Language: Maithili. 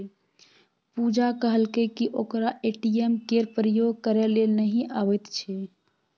पुजा कहलकै कि ओकरा ए.टी.एम केर प्रयोग करय लेल नहि अबैत छै